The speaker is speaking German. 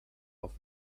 auf